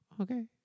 okay